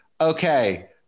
okay